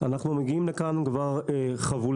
אנחנו מגיעים לכאן כבר חבולים.